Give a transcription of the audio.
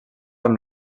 amb